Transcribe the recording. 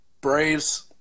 Braves